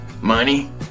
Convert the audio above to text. money